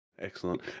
Excellent